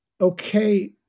okay